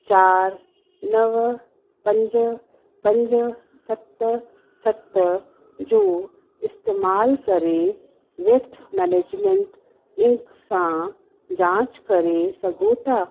चारि नव पंज पंज सत सत जो इस्तेमाल करे वेस्ट मैनेजमेंट इंक सां जांच करे सघो था